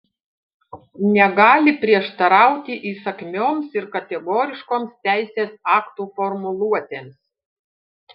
negali prieštarauti įsakmioms ir kategoriškoms teisės aktų formuluotėms